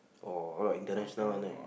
oh a lot of international one right